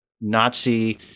Nazi –